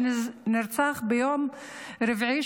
שנרצח ביום רביעי,